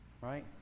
Right